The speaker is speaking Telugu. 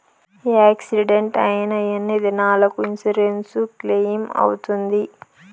యాక్సిడెంట్ అయిన ఎన్ని దినాలకు ఇన్సూరెన్సు క్లెయిమ్ అవుతుంది?